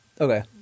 Okay